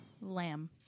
Lamb